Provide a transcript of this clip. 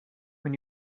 when